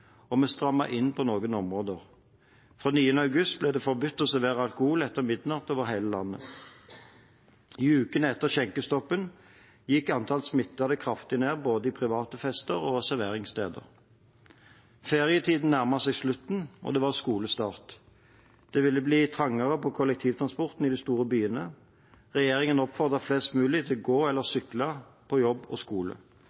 og vi strammet inn på noen områder. Fra 9. august ble det forbudt å servere alkohol etter midnatt over hele landet. I ukene etter skjenkestoppen gikk antall smittede kraftig ned, både på private fester og serveringssteder. Ferietiden nærmet seg slutten, og det var skolestart. Det ville bli trangere på kollektivtransporten i de store byene. Regjeringen oppfordret flest mulig til å gå eller